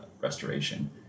restoration